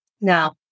Now